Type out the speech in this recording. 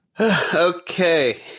Okay